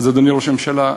אדוני ראש הממשלה,